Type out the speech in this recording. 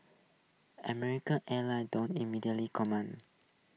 American airlines don't immediately comment